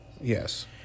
Yes